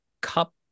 cup